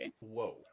Whoa